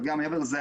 אבל מעבר לזה,